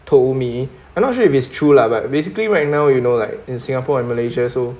told me I'm not sure if it's true lah but basically right now you know like in singapore and malaysia so